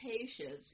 patients